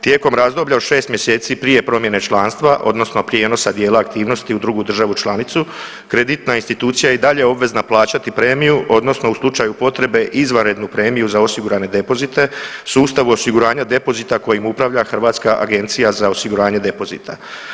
Tijekom razdoblja od šest mjeseci prije promjene članstva odnosno prijenosa dijela aktivnosti u drugu državu članicu, kreditna institucija je i dalje obvezna plaćati premiju odnosno u slučaju potrebe izvanrednu premiju za osigurane depozite, sustav osiguranja depozita kojim upravlja Hrvatska agencija za osiguranje depozita.